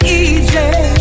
easy